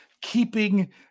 keeping